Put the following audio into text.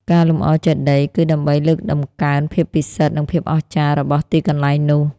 ការលម្អចេតិយ គឺដើម្បីលើកតម្កើងភាពពិសិដ្ឋ និងភាពអស្ចារ្យ របស់ទីកន្លែងនោះ។